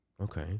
okay